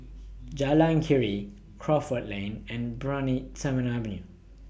Jalan Keria Crawford Lane and Brani Terminal Avenue